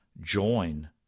join